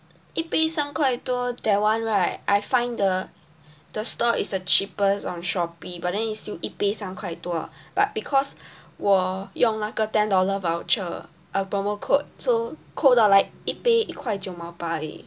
一杯三块多 that one right I find the the store is the cheapest on Shopee but then is still 一杯三块多 but because 我用那个 ten dollar voucher uh promo code so 扣到来一杯一块九毛八而已